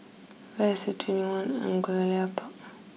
where is TwentyOne Angullia Park